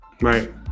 Right